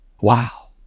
wow